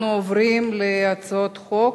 אנחנו עוברים להצעות חוק.